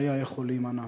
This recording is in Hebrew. שהיה יכול להימנע.